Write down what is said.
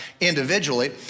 individually